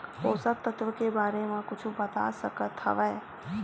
पोषक तत्व के बारे मा कुछु बता सकत हवय?